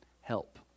help